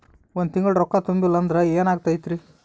ಒಂದ ತಿಂಗಳ ರೊಕ್ಕ ತುಂಬಿಲ್ಲ ಅಂದ್ರ ಎನಾಗತೈತ್ರಿ?